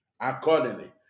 accordingly